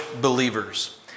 believers